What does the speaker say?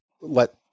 let